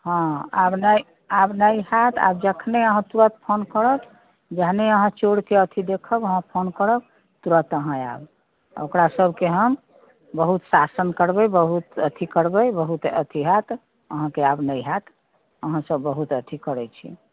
हँ आब नहि आब नहि हैत आब जखने तुरन्त फोन करब जहने अहाँ चोरके अथी देखब अहाँ फोन करब तुरत अहाँ आयब ओकरा सबके हम बहुत शासन करबै बहुत अथी करबै बहुत अथी हैत अहाँके आब नहि हैत अहाँ सब बहुत अथी करै छी